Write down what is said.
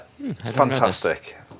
fantastic